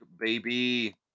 baby